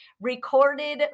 recorded